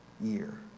year